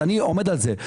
אני עומד על זה.